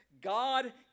God